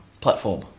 Platform